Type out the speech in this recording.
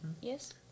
Yes